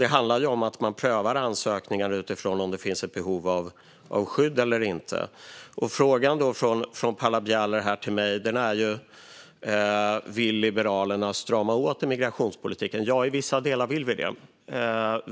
Det handlar om att pröva ansökningar utifrån om det finns behov av skydd eller inte. Paula Bielers fråga till mig är om Liberalerna vill strama åt migrationspolitiken. Ja, i vissa delar vill vi det.